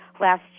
Last